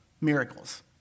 miracles